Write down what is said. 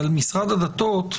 אבל משרד הדתות,